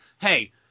Hey